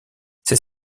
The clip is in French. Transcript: ces